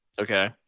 Okay